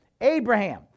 Abraham